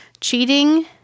Cheating